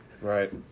Right